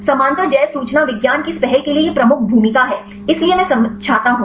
समानांतर जैव सूचना विज्ञान की इस पहल के लिए यह प्रमुख भूमिका है इसलिए मैं समझाता हूँ